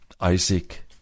Isaac